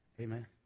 Amen